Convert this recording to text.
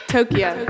Tokyo